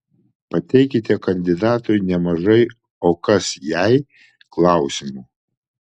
pateikite kandidatui nemažai o kas jei klausimų